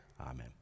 Amen